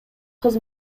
кыз